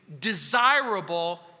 desirable